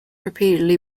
repeatedly